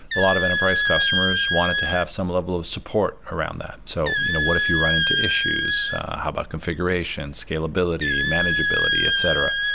a lot of enterprise customers wanted to have some level of support around that. so you know what if you run into issues? how about configuration? scalability? manageability? etc,